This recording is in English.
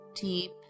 deep